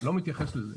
לא מתייחס לזה.